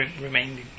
remaining